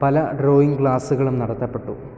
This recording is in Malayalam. പല ഡ്രോയിങ് ക്ലാസ്സുകളും നടത്തപ്പെട്ടു